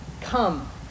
come